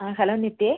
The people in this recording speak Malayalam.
ആ ഹലോ നിത്യേ